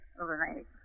overnight